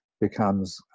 becomes